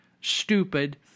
stupid